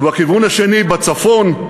ובכיוון השני, בצפון,